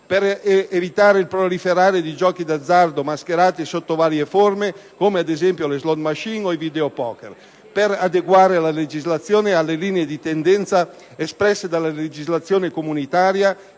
per evitare il proliferare di giochi d'azzardo mascherati sotto varie forme, come ad esempio le *slot machine*, i *videopoker*, eccetera, e per adeguare la legislazione alle linee di tendenza espresse dalla legislazione comunitaria.